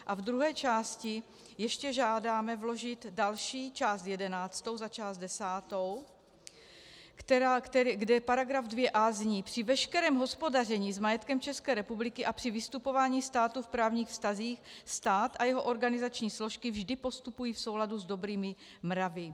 A v druhé části ještě žádáme vložit další část jedenáctou za část desátou, kde § 2a zní: Při veškerém hospodaření s majetkem České republiky a při vystupování státu v právních vztazích stát a jeho organizační složky vždy postupují v souladu s dobrými mravy.